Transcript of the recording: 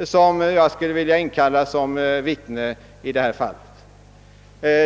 och som jag skulle: vilja inkalla som vittnen i detta fall.